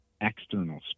external